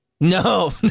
No